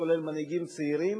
כולל מנהיגים צעירים,